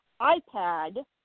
iPad